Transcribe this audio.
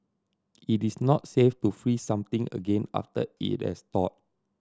it is not safe to freeze something again after it has thawed